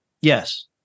Yes